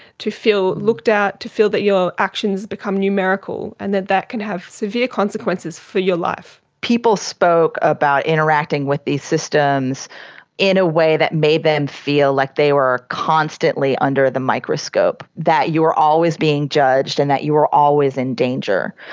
to feel looked at, to feel that your actions become numerical and that that can have severe consequences for your life. people spoke about interacting with these systems in a way that made them feel that like they were constantly under the microscope, that you are always being judged and that you are always in danger.